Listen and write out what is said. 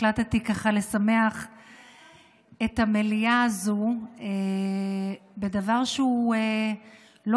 החלטתי לשמח את המליאה הזו בדבר שהוא לא